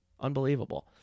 Unbelievable